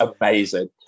amazing